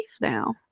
now